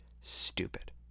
Stupid